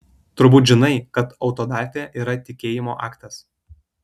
turbūt žinai kad autodafė yra tikėjimo aktas